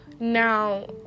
Now